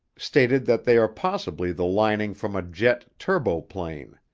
stated that they are possibly the lining from a jet turbo plane.